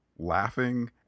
laughing